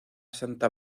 santa